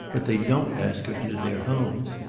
but they don't ask her into their homes.